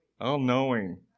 All-knowing